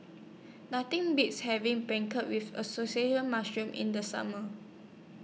Nothing Beats having Beancurd with Assorted Mushrooms in The Summer